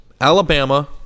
Alabama